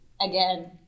Again